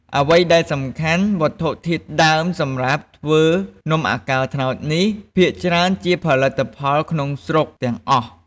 អ្វីដែលសំខាន់ វត្ថុធាតុដើមសម្រាប់ធ្វើនំអាកោត្នោតនេះ ភាគច្រើនជាផលិតផលក្នុងស្រុកទាំងអស់។